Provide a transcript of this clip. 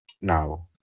now